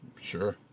Sure